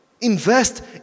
invest